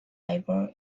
laborer